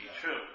true